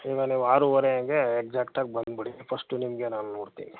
ಈಗ ನೀವು ಆರೂವರೆ ಹಾಗೇ ಎಗ್ಸ್ಯಾಕ್ಟಾಗಿ ಬಂದ್ಬಿಡಿ ಫಸ್ಟು ನಿಮಗೇ ನಾನು ನೋಡ್ತೀನಿ